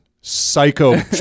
psycho